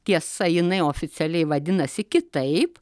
tiesa jinai oficialiai vadinasi kitaip